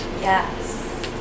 Yes